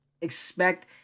expect